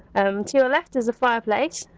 um, to your left is a fireplace.